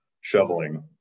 shoveling